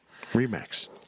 Remax